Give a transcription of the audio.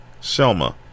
Selma